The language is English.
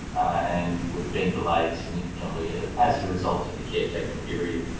and we've been delayed significantly as a result of the caretaker period.